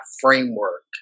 framework